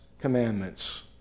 commandments